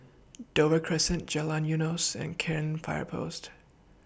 Dover Crescent Jalan Eunos and Cairn Fire Post